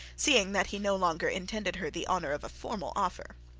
seeing that he no longer intended her the honour of a formal offer.